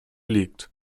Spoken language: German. liegt